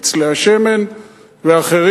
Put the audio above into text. פצלי השמן ואחרים.